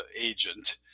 agent